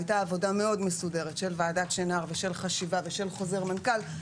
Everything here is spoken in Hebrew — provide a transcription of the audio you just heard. הייתה עבודה מאוד מסודרת של ועדת שנהר ושל חשיבה ושל חוזר מנכ"ל,